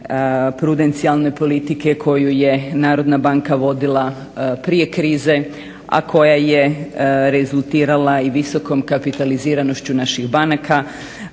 prudencijalne politike koju je Narodna banka vodila prije krize, a koja je rezultirala i visokom kapitaliziranošću naših banaka,